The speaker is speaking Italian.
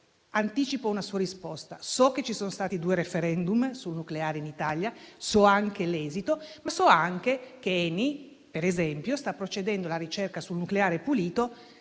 Anticipo una sua risposta. So che ci sono stati due *referendum* sul nucleare in Italia e ne conosco anche l'esito. Ma so anche che ENI, per esempio, sta procedendo nella ricerca sul nucleare pulito